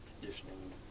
conditioning